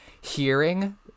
hearing